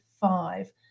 five